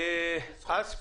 אני רוצה לשאול